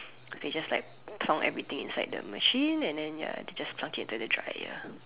they just like plonk everything inside the machine and then ya they just plonk it into the dryer